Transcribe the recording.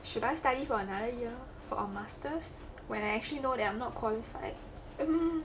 should I study for another year for our masters when I actually know that I'm not qualified